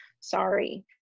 sorry